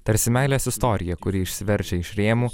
tarsi meilės istorija kuri išsiveržia iš rėmų